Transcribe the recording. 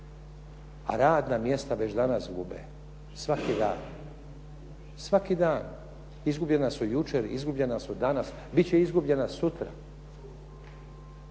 a radna mjesta već danas gube. Svaki dan. Svaki dan, izgubljena su jučer, izgubljena su danas, bit će izgubljena sutra.